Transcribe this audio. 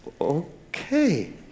Okay